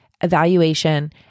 evaluation